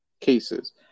cases